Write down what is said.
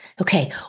okay